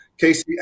Casey